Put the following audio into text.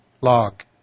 log